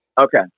Okay